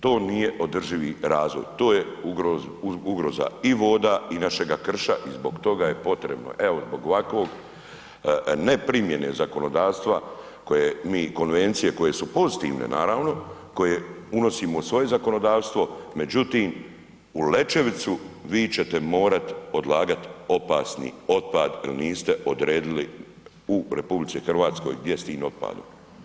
To nije održivi razvoj, to je ugroza i voda i našega krša i zbog toga je potrebno, evo zbog ovakvog neprimjene zakonodavstva, koje mi, konvencije koje su pozitivne, naravno, koje unosimo u svoje zakonodavstvo, međutim, u Lećevicu, vi ćete morat odlagati opasni otpad jer niste odredili u RH gdje s tim otpadom.